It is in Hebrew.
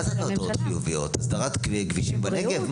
מה זה מטרות חיוביות, הסדרת כבישים בנגב?